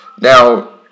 Now